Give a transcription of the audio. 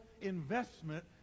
investment